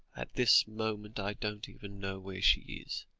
at this moment, i don't even know where she is.